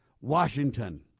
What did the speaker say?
Washington